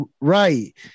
right